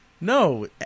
No